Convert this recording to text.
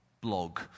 blog